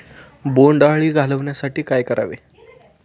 बोंडअळी घालवण्यासाठी काय करावे?